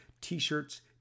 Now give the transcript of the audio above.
t-shirts